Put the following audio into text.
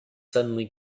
suddenly